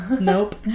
Nope